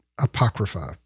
Apocrypha